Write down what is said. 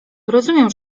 rozumiem